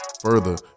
further